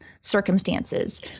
circumstances